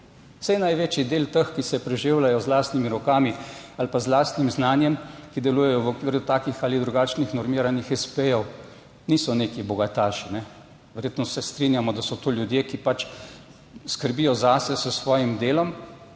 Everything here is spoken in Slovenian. saj največji del teh, ki se preživljajo z lastnimi rokami ali pa z lastnim znanjem, ki delujejo v okviru takih ali drugačnih normiranih espejev, niso neki bogataši, verjetno se strinjamo, da so to ljudje, ki pač skrbijo zase s svojim delom,